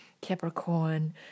Capricorn